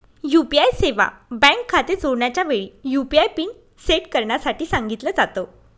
UPI सेवा bank खाते जोडण्याच्या वेळी, यु.पी.आय पिन सेट करण्यासाठी सांगितल जात